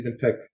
pick